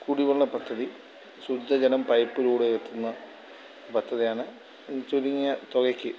കുടിവെള്ള പദ്ധതി ശുദ്ധജലം പൈപ്പിലൂടെ എത്തുന്ന പദ്ധതിയാണ് ചുരുങ്ങിയ തുകയ്ക്ക്